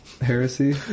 heresy